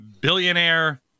billionaire